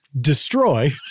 Destroy